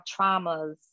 traumas